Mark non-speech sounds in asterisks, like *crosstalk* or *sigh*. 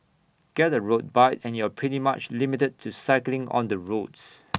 get A road bike and you're pretty much limited to cycling on the roads *noise*